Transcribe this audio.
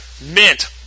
mint